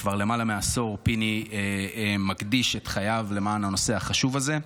כבר למעלה מעשור פיני מקדיש את חייו למען הנושא החשוב הזה.